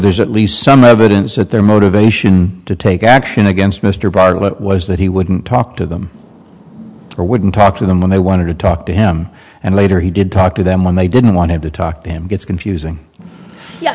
there's at least some evidence that their motivation to take action against mr bartlett was that he wouldn't talk to them or wouldn't talk to them when they wanted to talk to him and later he did talk to them when they didn't want to talk to him gets confusing